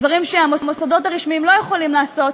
דברים שהמוסדות הרשמיים לא יכולים לעשות,